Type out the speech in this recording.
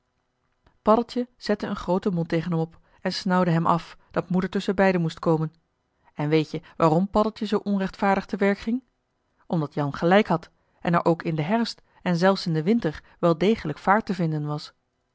zette een grooten mond tegen hem op en snauwde hem af dat moeder tusschen beiden moest komen en weet-je waarom paddeltje zoo onrechtvaardig te werk ging omdat jan gelijk had en er ook in den herfst en zelfs in den winter wel degelijk vaart te vinden was